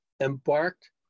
embarked